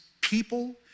people